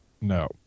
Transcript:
No